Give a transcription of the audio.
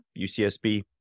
UCSB